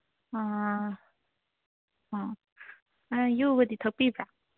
ꯑꯣ ꯌꯨꯒꯗꯤ ꯊꯛꯄꯤꯕ꯭ꯔ